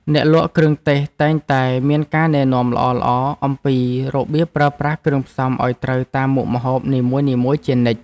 អ្នកលក់គ្រឿងទេសតែងតែមានការណែនាំល្អៗអំពីរបៀបប្រើប្រាស់គ្រឿងផ្សំឱ្យត្រូវតាមមុខម្ហូបនីមួយៗជានិច្ច។